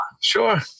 sure